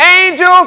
Angels